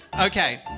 Okay